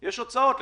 יש הוצאות,